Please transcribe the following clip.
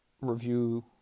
review